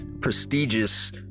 prestigious